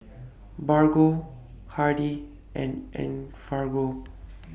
Bargo Hardy's and Enfagrow